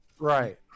right